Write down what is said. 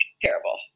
terrible